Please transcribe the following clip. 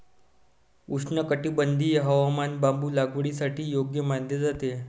उष्णकटिबंधीय हवामान बांबू लागवडीसाठी योग्य मानले जाते